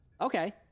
okay